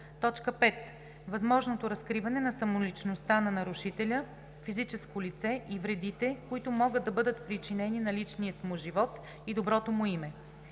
тайна; 5. възможното разкриване на самоличността на нарушителя – физическо лице, и вредите, които могат да бъдат причинени на личния му живот и доброто му име.